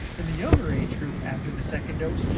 in the younger age group, after the second dose,